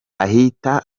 ahita